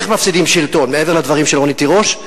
איך מפסידים שלטון, מעבר לדברים של רונית תירוש?